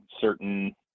certain